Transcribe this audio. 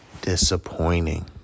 disappointing